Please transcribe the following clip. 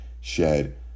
shed